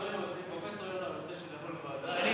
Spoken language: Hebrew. פרופסור יונה רוצה שנטפל בנדון בוועדה,